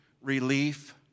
relief